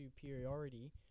superiority